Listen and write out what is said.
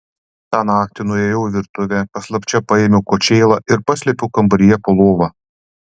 tą naktį nuėjau į virtuvę paslapčia paėmiau kočėlą ir paslėpiau kambaryje po lova